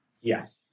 Yes